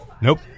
Nope